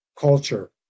culture